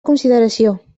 consideració